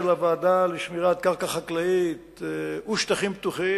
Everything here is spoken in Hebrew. הוועדה לשמירת קרקע חקלאית ושטחים פתוחים,